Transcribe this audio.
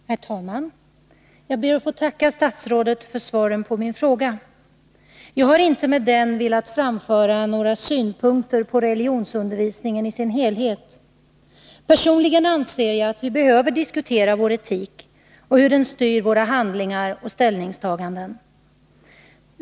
Herr talman! Jag ber att få tacka statsrådet för svaret på min fråga. Jag har inte med den velat framföra några synpunkter på religionsundervisningen i sin helhet. Personligen anser jag att vi behöver diskutera vår etik och hur den styr våra handlingar och ställningstaganden.